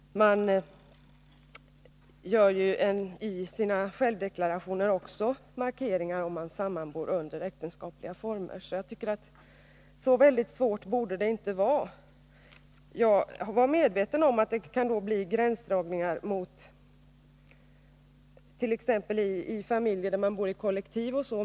Man gör ju i sina självdeklarationer också markering om man sammanbor under äktenskapliga former. Jag tycker därför att det inte borde vara så svårt. Jag var medveten om att det kan bli gränsdragningar, t.ex. när det gäller familjer där man bor i kollektiv.